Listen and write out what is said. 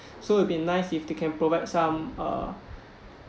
so it'd be nice if they can provide some uh